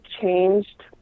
changed